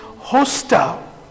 hostile